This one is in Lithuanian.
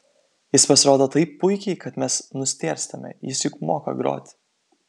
jis pasirodo taip puikiai kad mes nustėrstame jis juk moka groti